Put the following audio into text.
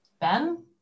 Ben